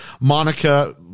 Monica